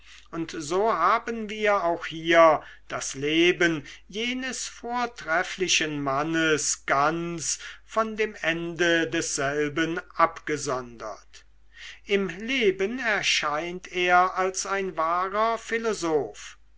und so haben wir auch hier das leben jenes vortrefflichen mannes ganz von dem ende desselben abgesondert im leben erscheint er als ein wahrer philosoph